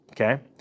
Okay